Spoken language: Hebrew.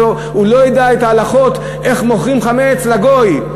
הוא לא ידע את ההלכות איך מוכרים חמץ לגוי.